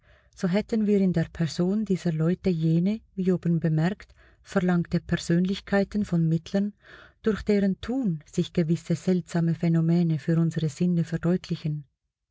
so hätten wir in der person dieser leute jene wie oben bemerkt verlangte persönlichkeiten von mittlern durch deren tun sich gewisse seltsame phänomene für unsere sinne verdeutlichen